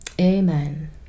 amen